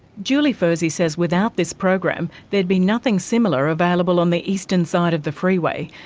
julie fursey says without this program, there'd be nothing similar available on the eastern side of the freeway.